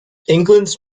england’s